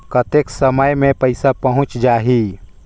कतेक समय मे पइसा पहुंच जाही?